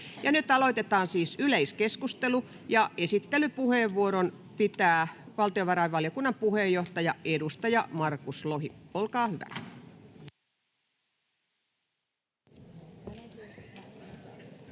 Nyt aloitetaan siis yleiskeskustelu, ja esittelypuheenvuoron pitää valtiovarainvaliokunnan puheenjohtaja, edustaja Markus Lohi. — Olkaa hyvä.